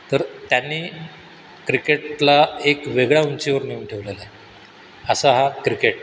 तर त्यांनी क्रिकेटला एक वेगळ्या उंचीवर नेऊन ठेवलेलं आहे असा हा क्रिकेट